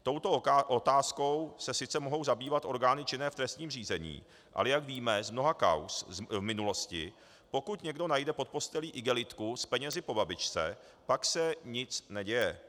Touto otázkou se sice mohou zabývat orgány činné v trestním řízení, ale jak víme z mnoha kauz v minulosti, pokud někdo najde pod postelí igelitku s penězi po babičce, pak se nic neděje.